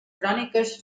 cròniques